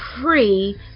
free